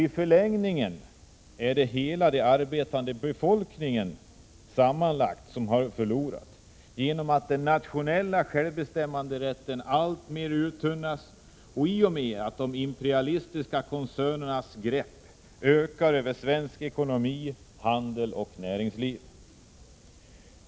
I förlängningen är det hela den arbetande befolkningen som har förlorat, genom att den nationella självbestämmanderätten alltmer uttunnas och i och med att de imperialistiska koncernernas grepp ökar på svensk ekonomi, handel och näringsliv.